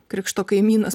krikšto kaimynas